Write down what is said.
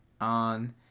on